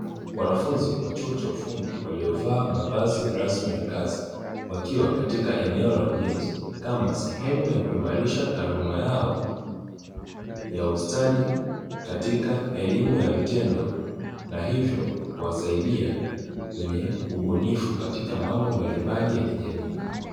Wanafunzi wa chuo cha ufundi waliovaa mavazi rasmi ya kazi wakiwa sehemu ya ujenzi kama sehemu ya kuhimarisha taaluma yao ya ustadi, katika elimu ya vitendo na hivyo kuwasaidia kwenye ubunifu katika mambo mbalimbali ya kijamii.